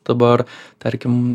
dabar tarkim